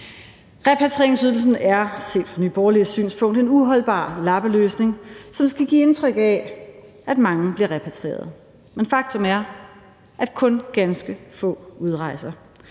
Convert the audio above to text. Repatrieringsydelsen er set fra Nye Borgerliges synspunkt en uholdbar lappeløsning, som skal give indtryk af, at mange bliver repatrieret. Men faktum er, at kun ganske få udrejser.